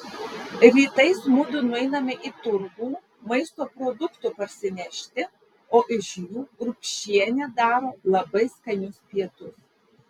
rytais mudu nueiname į turgų maisto produktų parsinešti o iš jų urbšienė daro labai skanius pietus